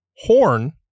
horn